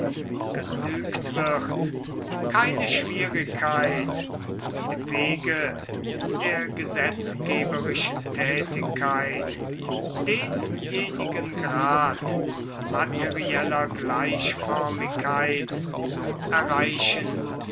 genügt wird keine schwierigkeit auf dem wege der gesetzgeberischen tätigkeit denjenigen grad materieller gleichförmigkeit zu erreichen